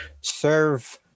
serve